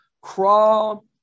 crawl